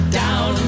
down